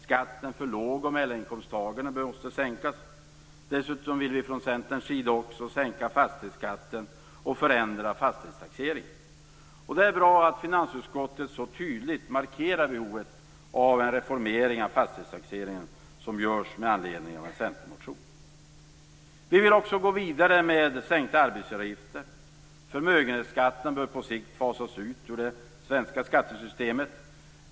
Skatten för låg och medelinkomsttagarna måste sänkas. Dessutom vill vi från Centern också sänka fastighetsskatten och förändra fastighetstaxeringen. Det är bra att finansutskottet så tydligt markerar behovet av en reformering av fastighetstaxeringen, vilket görs i anledning av Centerns motion. Vi vill gå vidare med sänkta arbetsgivaravgifter. Förmögenhetsskatten bör på sikt fasas ut ur det svenska skattesystemet.